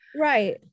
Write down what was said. Right